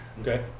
Okay